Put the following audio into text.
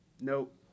nope